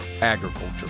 agriculture